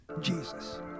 Jesus